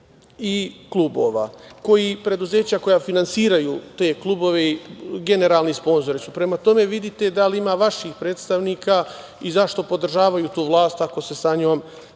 i klubova, preduzeća koja finansiraju te klubove i generalni sponzori su. Prema tome, vidite da li ima vaših predstavnika i zašto podržavaju tu vlast ako se sa njom